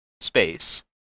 space